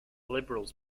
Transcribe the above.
liberals